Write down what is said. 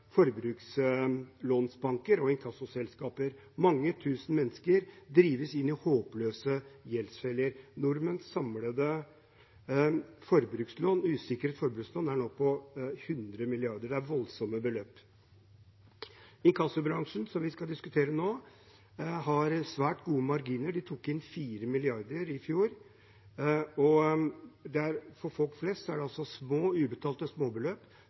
forbrukslånsbanker og inkassoselskaper. Mange tusen mennesker drives inn i håpløse gjeldsfeller. Nordmenns samlede usikrede forbrukslån, er nå på 100 mrd. kr. Det er voldsomme beløp. Inkassobransjen, som vi skal diskutere nå, har svært gode marginer. De tok inn 4 mrd. kr i fjor, og for folk flest er det små ubetalte småbeløp